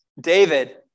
David